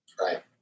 Right